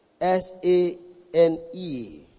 S-A-N-E